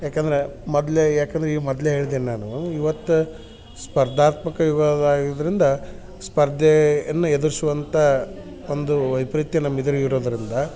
ಯಾಕಂದರೆ ಮೊದ್ಲೇ ಯಾಕಂದರೆ ಈ ಮೊದ್ಲೇ ಹೇಳ್ದೆ ನಾನು ಇವತ್ತ ಸ್ಪರ್ಧಾತ್ಮಕ ಯುಗದ ಆಗಿದ್ದರಿಂದ ಸ್ಪರ್ಧೆಯನ್ನು ಎದರಿಸುವಂಥ ಒಂದು ವೈಪರಿತ್ಯ ನಮ್ಮ ಎದುರಿಗೆ ಇರೋದರಿಂದ